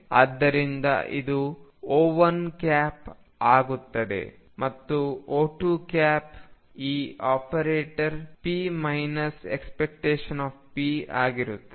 ಆದ್ದರಿಂದ ಇದು O1 ಆಗಿರುತ್ತದೆ ಮತ್ತು O2 ಈ ಆಪರೇಟರ್ p ⟨p⟩ ಆಗಿರುತ್ತದೆ